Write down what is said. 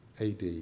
AD